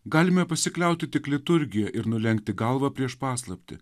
galime pasikliauti tik liturgija ir nulenkti galvą prieš paslaptį